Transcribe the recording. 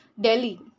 Delhi